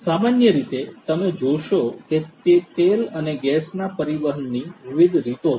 સામાન્ય રીતે તમે જોશો કે તે તેલ અને ગેસના પરિવહનની વિવિધ રીતો છે